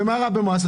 ומה רע במס?